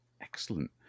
Excellent